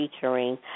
featuring